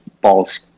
balls